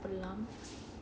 எல்லாம்:ellaam